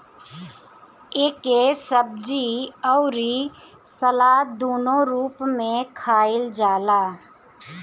एके सब्जी अउरी सलाद दूनो रूप में खाईल जाला